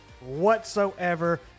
whatsoever